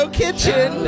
kitchen